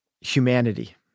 humanity